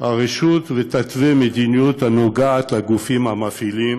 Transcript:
הרשות ותתווה מדיניות הנוגעת לגופים המפעילים